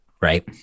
right